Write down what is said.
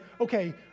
okay